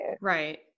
Right